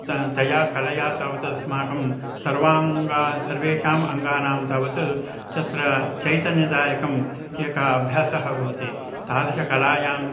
त तया कलया तावत् अस्माकं सर्वाङ्गानि सर्वेषाम् अङ्गानां तावत् चत्र चैतन्यदायकम् एका अभ्यासः भवति तादृशकलायां